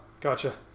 Gotcha